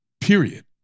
period